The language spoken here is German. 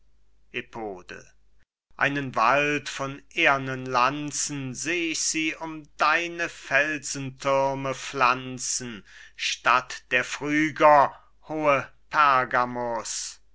einen wald von ehrnen lanzen seh ich sie um deine felsenthürme pflanzen stadt der phryger hohe